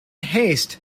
haste